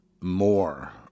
more